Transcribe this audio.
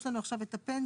יש לנו עכשיו את הפנסיה.